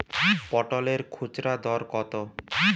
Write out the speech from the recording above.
পটলের খুচরা দর কত?